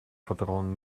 vertrauen